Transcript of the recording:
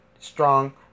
Strong